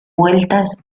vueltas